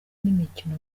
n’imikino